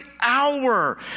hour